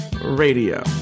Radio